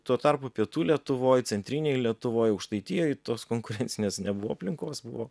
tuo tarpu pietų lietuvoj centrinėj lietuvoj aukštaitijoj tos konkurencinės nebuvo aplinkos buvo